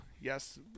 Yes